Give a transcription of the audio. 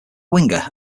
winger